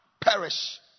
perish